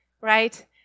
right